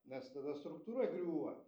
nes tada struktūra griūva